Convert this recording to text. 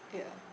ya